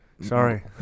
Sorry